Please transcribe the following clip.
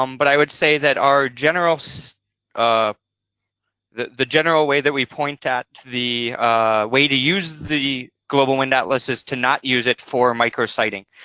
um but i would say that our general so ah the the general way that we point at the way to use the global wind atlas is to not use it for micro-siting.